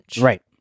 Right